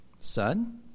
Son